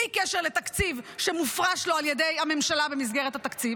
בלי קשר לתקציב שמופרש לו על ידי הממשלה במסגרת התקציב?